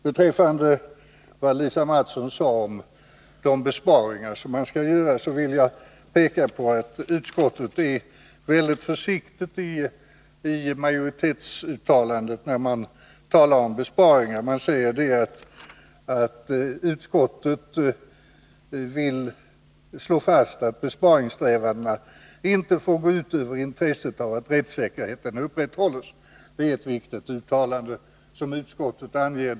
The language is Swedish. Beträffande det Lisa Mattson sade om de besparingar man skall göra vill jag peka på att utskottet är väldigt försiktigt i majoritetsuttalandet då man berör besparingar. Man säger att utskottet vill slå fast att besparingssträvandena inte får gå ut över intresset av att rättssäkerheten upprätthålls. Det är ett viktigt uttalande som utskottet gör.